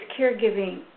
caregiving